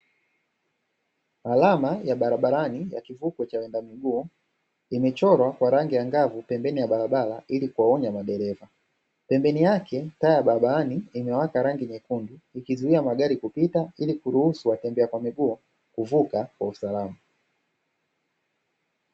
Alama ya barabarani ya kivuko cha waenda miguu imechorwa kwa rangi angavu pembeni ya barabara, ili kuwaonya madereva pembeni yake taa ya barabarani imewaka rangi nyekundu ikizuia magari kupita ili kuruhusu watembea kwa miguu kuvuka kwa usalama.